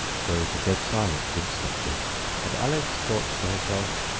there was a dead silence instantly and alice thought to herself,